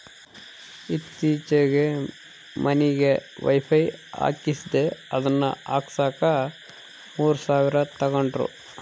ಈತ್ತೀಚೆಗೆ ಮನಿಗೆ ವೈಫೈ ಹಾಕಿಸ್ದೆ ಅದನ್ನ ಹಾಕ್ಸಕ ಮೂರು ಸಾವಿರ ತಂಗಡ್ರು